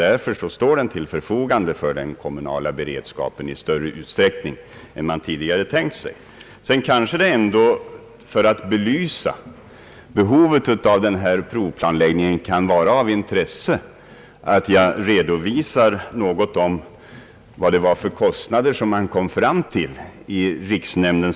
Därför står personal och materiel till förfogande för den kommunala beredskapen i större utsträckning än man tidigare tänkt sig. För att belysa behovet av provplanläggningen kanske jag också bör redovisa något om de kostnader som riksnämnden kom fram till i sina beräkningar.